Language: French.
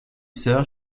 sœur